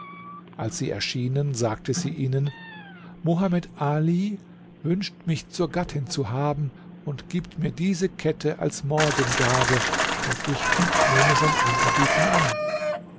als sie erschienen sagte sie ihnen mohamed ali wünscht mich zur gattin zu haben und gibt mir diese kette als morgengabe und ich nehme sein anerbieten an